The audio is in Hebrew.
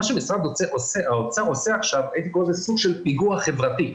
מה שמשרד האוצר עושה עכשיו הייתי קורא לזה סוג של פיגוע חברתי.